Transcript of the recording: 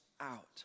out